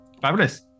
Fabulous